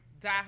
Die